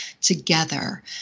together